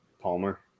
Palmer